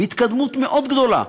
התקדמות מאוד גדולה.